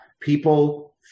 people